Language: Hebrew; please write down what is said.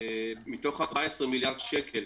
מתוך 14 מיליארד שקל,